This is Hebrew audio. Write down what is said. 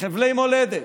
חבלי מולדת.